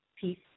peace